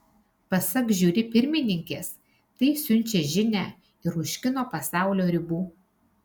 pasak žiuri pirmininkės tai siunčia žinią ir už kino pasaulio ribų